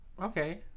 Okay